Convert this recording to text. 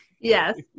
Yes